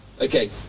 Okay